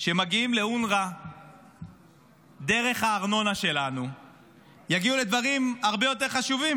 שמגיעים לאונר"א דרך הארנונה שלנו יגיעו לדברים הרבה יותר חשובים.